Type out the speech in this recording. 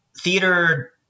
theater